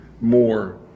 more